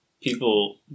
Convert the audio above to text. people